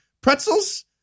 Pretzels